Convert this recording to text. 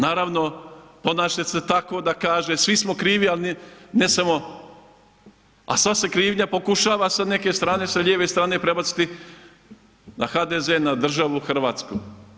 Naravno, ponaša se tako da kaže svi smo krivi, ali ne samo, a sva se krivnja pokušava sa neke strane, sa lijeve strane prebaciti na HDZ, na državu hrvatsku.